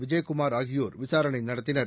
விஜயகுமார் ஆகியோர் விசாரணை நடத்தினர்